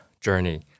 journey